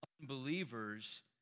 unbelievers